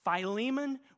philemon